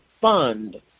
Fund